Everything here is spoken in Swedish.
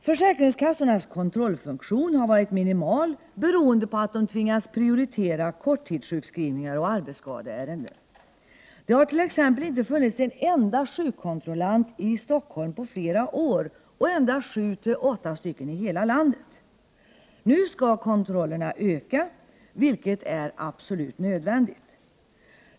Försäkringskassornas kontrollfunktion har varit minimal beroende på att de tvingats prioritera korttidssjukskrivningar och arbetsskadeärenden. Det har t.ex. inte funnits en enda sjukkontrollant i Stockholm på flera år och endast sju åtta sjukkontrollanter i hela landet. Nu skall kontrollen öka, vilket är absolut nödvändigt.